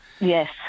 Yes